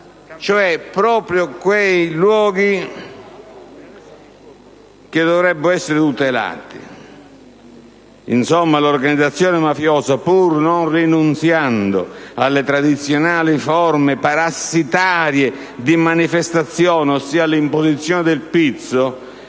cioè proprio quei luoghi che dovrebbero essere tutelati e controllati. Insomma, l'organizzazione mafiosa pur non rinunziando alle tradizionali forme parassitarie di manifestazione, ossia l'imposizione del pizzo,